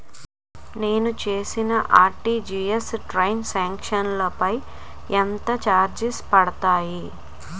నేను చేసిన RTGS transaction లో పై ఎంత చార్జెస్ పడతాయి?